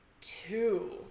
two